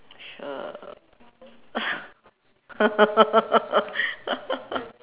sure